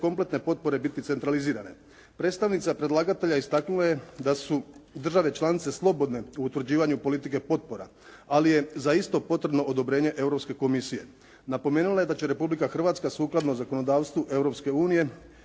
kompletne potpore biti centralizirane. Predstavnica predlagatelja istaknula je da su države članice slobodne u utvrđivanju politike potpore ali je za isto potrebno odobrenje Europske komisije. Napomenula je da će Republika Hrvatska sukladno zakonodavstvu Europske unije